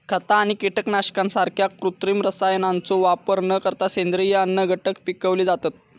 खता आणि कीटकनाशकांसारख्या कृत्रिम रसायनांचो वापर न करता सेंद्रिय अन्नघटक पिकवले जातत